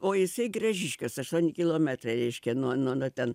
o jisai gražiškiuos aštuoni kilometrai reiškia nuo nuo nuo ten